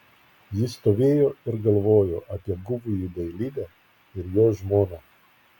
ji stovėjo ir galvojo apie guvųjį dailidę ir jo žmoną